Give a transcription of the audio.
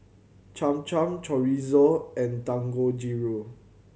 Cham Cham Chorizo and Dangojiru